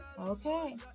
Okay